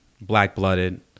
Black-Blooded